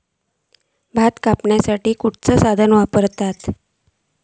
भात कापुसाठी खैयचो साधन वापरतत?